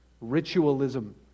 ritualism